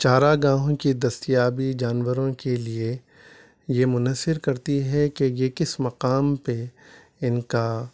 چاراگاہوں کی دستیابی جانوروں کے لیے یہ منحصر کرتی ہے کہ یہ کس مقام پہ ان کا